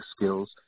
skills